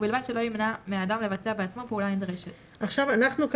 ובלבד שלא יימנע מהאדם לבצע בעצמו פעולה נדרשת." כאן